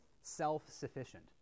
self-sufficient